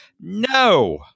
no